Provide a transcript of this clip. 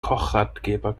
kochratgeber